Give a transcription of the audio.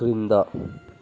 క్రింద